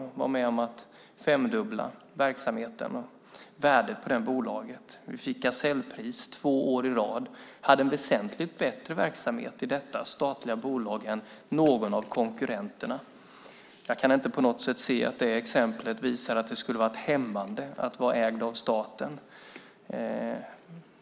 Jag var med om att femdubbla verksamheten och värdet på det bolaget. Vi fick gasellpris två år i rad och hade en väsentligt bättre verksamhet i detta statliga bolag än någon av konkurrenterna. Jag kan inte på något sätt se att det exemplet visar att det skulle varit hämmande att vara ägd av staten.